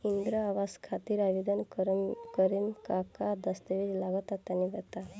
इंद्रा आवास खातिर आवेदन करेम का का दास्तावेज लगा तऽ तनि बता?